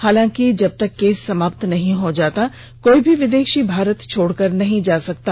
हालांकि जबतक केस समाप्त नहीं हो जाता कोई भी विदेशी भारत छोड़कर नहीं जा सकता